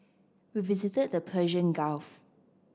we visited the Persian Gulf